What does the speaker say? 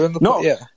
No